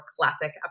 classic